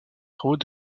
travaux